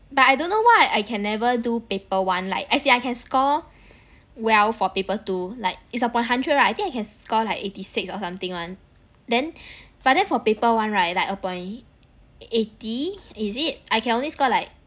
but I don't know why I can never do paper one like as in I can score well for paper two like it's upon hundred right I think I can score like eighty six or something [one] then but then for paper one right like upon eighty is it I can only score like